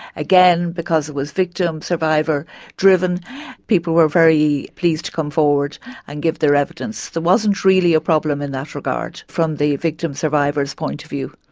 again because it was a victim survivor driven people were very pleased to come forward and give their evidence. there wasn't really a problem in that regard from the victim survivors' point of view.